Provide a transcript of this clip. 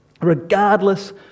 regardless